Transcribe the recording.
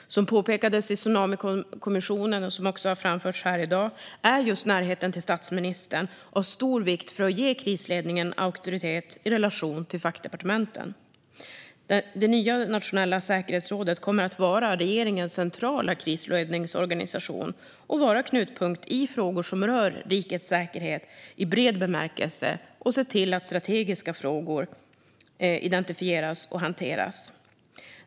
Som påpekades i Tsunamikommissionen, vilket också har framförts här i dag, är just närheten till statsministern av stor vikt för att ge krisledningen auktoritet i relation till fackdepartementen. Det nya nationella säkerhetsrådet kommer att vara regeringens centrala krisledningsorganisation och vara knutpunkt i frågor som rör rikets säkerhet i bred bemärkelse och se till att strategiska frågor identifieras och hanteras.